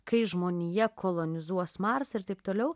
kai žmonija kolonizuos marsą ir taip toliau